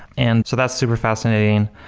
and so that's super fascinating.